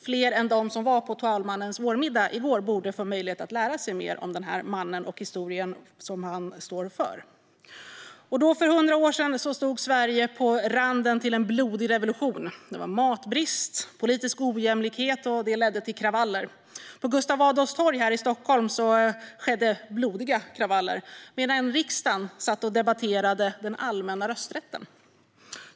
Fler än de som var på talmannens vårmiddag borde få möjlighet att lära sig mer om denne man och om den historia som han står för. Då, för 100 år sedan, stod Sverige på randen till en blodig revolution. Matbrist och politisk ojämlikhet ledde till kravaller. På Gustav Adolfs torg här i Stockholm skedde blodiga kravaller medan riksdagen satt och debatterade den allmänna rösträtten.